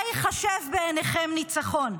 מה ייחשב בעיניכם ניצחון?